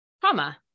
trauma